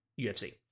UFC